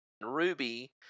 Ruby